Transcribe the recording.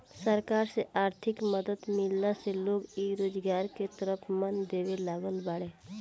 सरकार से आर्थिक मदद मिलला से लोग इ रोजगार के तरफ मन देबे लागल बाड़ें